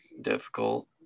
difficult